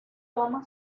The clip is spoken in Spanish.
toma